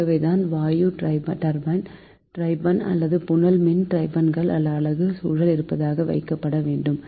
ஆகவேதான் வாயு டர்பைன் அல்லது புனல் மின் டர்பைன்கள் அலகு சுழல் இருப்பாக வைக்கப்பட வேண்டும்